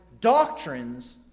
doctrines